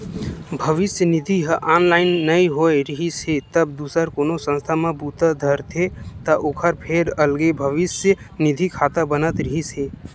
भविस्य निधि ह ऑनलाइन नइ होए रिहिस हे तब दूसर कोनो संस्था म बूता धरथे त ओखर फेर अलगे भविस्य निधि खाता बनत रिहिस हे